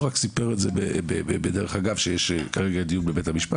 הוא רק סיפר שיש כרגע דיון בבית המשפט